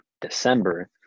December